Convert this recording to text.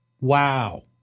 Wow